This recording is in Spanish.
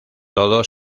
todo